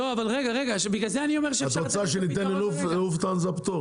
את רוצה שניתן פטור ללופטהנזה?